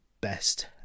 best